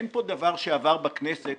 אין פה דבר שעבר בכנסת,